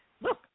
look